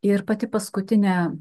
ir pati paskutinė